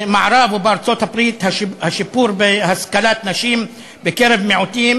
במערב ובארצות-הברית השיפור בהשכלת נשים בקרב מיעוטים